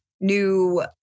new